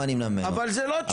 אבל זו לא תשובה.